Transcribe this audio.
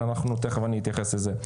אבל תכף אני אתייחס לזה.